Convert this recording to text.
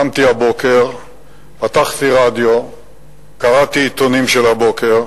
קמתי הבוקר, פתחתי רדיו, קראתי עיתונים של הבוקר,